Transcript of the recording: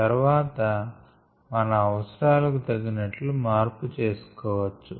తర్వాత మన అవసరాలకు తగినట్లు మార్చు కోవచ్చు